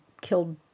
killed